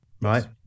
right